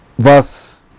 verse